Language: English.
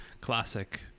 classic